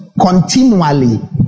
Continually